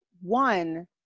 One